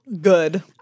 good